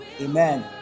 Amen